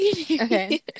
okay